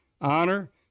honor